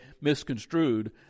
misconstrued